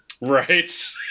right